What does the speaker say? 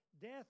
death